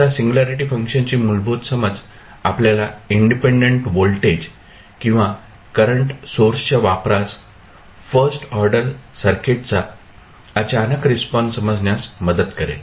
आता सिंगुल्यारीटी फंक्शनची मूलभूत समज आपल्याला इंडिपेंडेंट व्होल्टेज किंवा करंट सोर्सच्या वापरास फर्स्ट ऑर्डर सर्किटचा अचानक रिस्पॉन्स समजण्यास मदत करेल